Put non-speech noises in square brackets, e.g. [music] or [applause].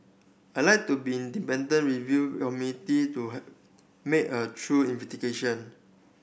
I like to be independent review committee to [unintelligible] make a through [unintelligible]